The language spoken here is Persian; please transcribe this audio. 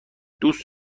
دوست